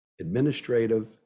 administrative